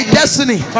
destiny